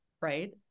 right